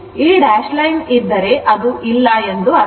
ಈ dash line ಇದ್ದರೆ ಅದು ಇಲ್ಲ ಎಂದು ಅರ್ಥ